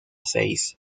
seis